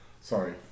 Sorry